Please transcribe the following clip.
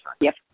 Yes